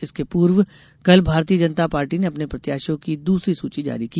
इसके पूर्व कल भारतीय जनता पार्टी ने अपने प्रत्याशियों की दूसरी सुची जारी की